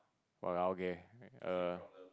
!walao! okay err